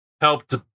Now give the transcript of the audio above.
helped